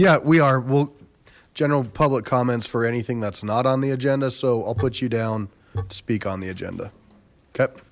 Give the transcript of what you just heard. yeah we are well general public comments for anything that's not on the agenda so i'll put you down speak on the agenda kept